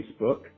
Facebook